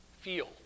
feel